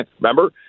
Remember